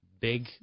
big